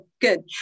good